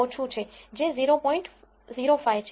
05 છે